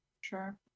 Sure